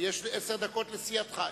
ויש עשר דקות לסיעתך.